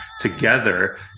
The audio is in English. together